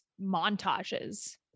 montages